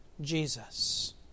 Jesus